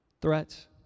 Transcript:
threats